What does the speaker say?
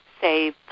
say